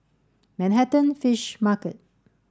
Manhattan Fish Market